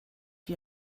wie